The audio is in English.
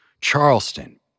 Charleston